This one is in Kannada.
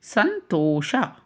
ಸಂತೋಷ